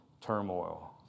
turmoil